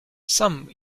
some